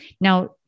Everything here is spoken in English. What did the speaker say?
Now